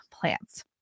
plants